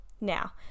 Now